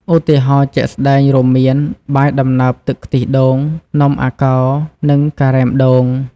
ឧទាហរណ៍ជាក់ស្ដែងរួមមាន បាយដំណើបទឹកខ្ទិះដូង នំអាកោរ និង ការ៉េមដូង។